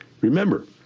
Remember